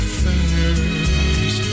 fingers